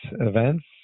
events